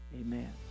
Amen